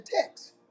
text